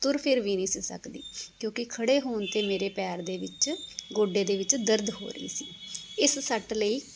ਤੁਰ ਫਿਰ ਵੀ ਨਹੀਂ ਸੀ ਸਕਦੀ ਕਿਉਂਕਿ ਖੜ੍ਹੇ ਹੋਣ 'ਤੇ ਮੇਰੇ ਪੈਰ ਦੇ ਵਿੱਚ ਗੋਡੇ ਦੇ ਵਿੱਚ ਦਰਦ ਹੋ ਰਹੀ ਸੀ ਇਸ ਸੱਟ ਲਈ